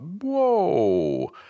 whoa